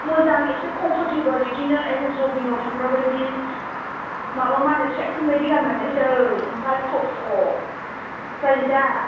मोजां एसे कम्फ'रटेबोल बिदिनो एसे जगिंआव थांग्रा बायदि माबा मा होनो थ्रेक पेन्ट बायदि गानलांनोसै ओमफ्राय ख्रप थप जायोदा